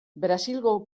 brasilgo